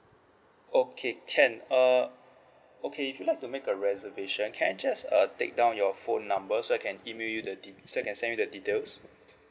okay can err okay if you like to make a reservation can I just uh take down your phone number so I can email you the de~ so I can send you the details